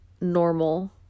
normal